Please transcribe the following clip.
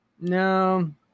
No